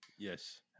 Yes